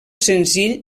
senzill